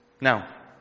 Now